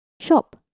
shop